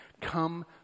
Come